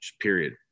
period